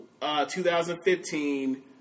2015